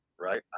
Right